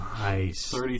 Nice